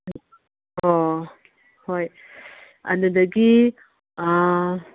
ꯑꯣ ꯍꯣꯏ ꯑꯗꯨꯗꯒꯤ ꯑꯥ